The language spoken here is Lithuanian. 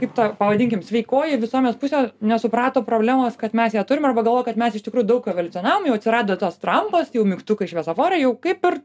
kaip ta pavadinkim sveikoji visuomenės pusė nesuprato problemos kad mes ją turim arba galvojo kad mes iš tikrųjų daug evoliucionavom jau atsirado tos rampos jau mygtukai šviesoforai jau kaip ir